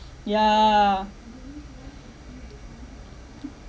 yeah